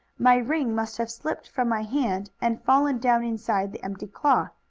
my ring must have slipped from my hand, and fallen down inside the empty claw.